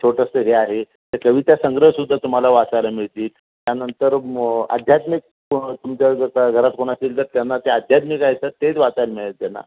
छोटंसं हे आहे त्या कवितासंग्रह सुद्धा तुम्हाला वाचायला मिळतील त्यानंतर आध्यात्मिक तुमच्या जर का घरात कोण असेल तर त्यांना ते आध्यात्मिक आहे तर तेही वाचायला मिळेल त्यांना